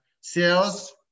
sales